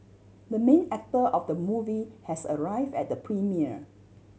the main actor of the movie has arrive at the premiere